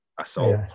assault